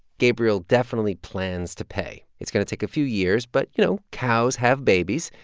gabriel definitely plans to pay. it's going to take a few years. but, you know, cows have babies.